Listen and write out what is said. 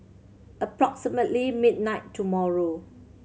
approximately midnight tomorrow